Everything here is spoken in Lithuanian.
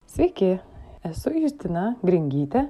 sveiki esu justina gringytė